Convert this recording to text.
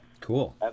Cool